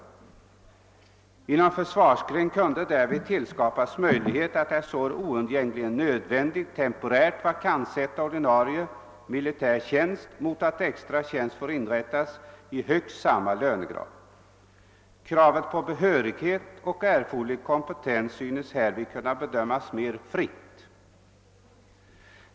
Inom försvarsgren kunde därvid tillskapas möjlighet att där så är oundgängligen nödvändigt temporärt vakanssätta ordinarie militär tjänst mot att extra tjänst får inrättas i högst samma lönegrad. Kravet på behörighet och erforderlig kompetens synes härvid kunna bedömas mer fritt.